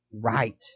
right